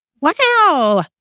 Wow